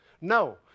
No